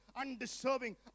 undeserving